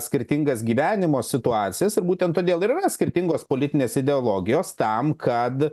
skirtingas gyvenimo situacijas ir būtent todėl ir yra skirtingos politinės ideologijos tam kad